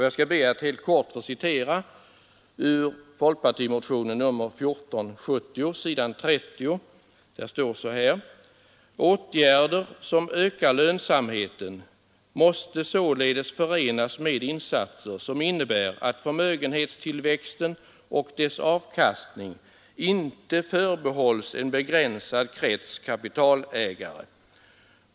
Jag skall därför be att helt kort få citera ur folkpartimotionen 1470, s. 30: ”Åtgärder som ökar lönsamheten måste således förenas med insatser som innebär att förmögenhetstillväxten och dess avkastning inte förbehålls en begränsad krets kapitalägare.